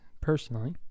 personally